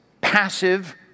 passive